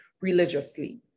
religiously